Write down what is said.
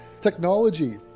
technology